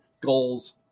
goals